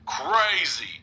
Crazy